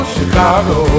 Chicago